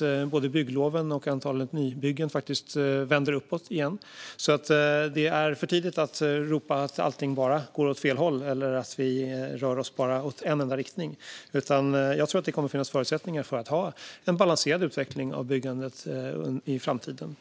både antalet bygglov och antalet nybyggen har vänt uppåt igen under de senaste kvartalen. Det är alltså för tidigt att ropa att allting bara går åt fel håll eller att vi bara rör oss i en enda riktning. Jag tror att det kommer att finnas förutsättningar för att ha en balanserad utveckling av byggandet i framtiden.